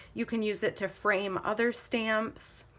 you can use it to frame other stamps,